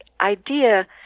idea